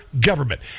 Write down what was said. government